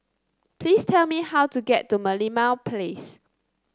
please tell me how to get to Merlimau Place